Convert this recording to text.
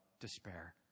despair